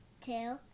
Two